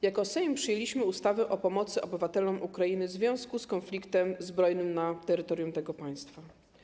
Jako Sejm przyjęliśmy ustawę o pomocy obywatelom Ukrainy w związku z konfliktem zbrojnym na terytorium tego państwa.